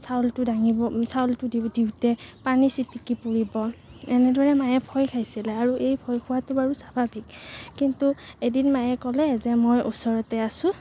চাউলটো দাঙিব চাউলটো দি দিওঁতে পানী চিটিকি পৰিব এনেদৰে মায়ে ভয় খাইছিলে আৰু এই ভয় খোৱাটো বাৰু স্বাভাৱিক কিন্তু এদিন মায়ে ক'লে যে মই ওচৰতে আছো